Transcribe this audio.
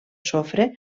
sofre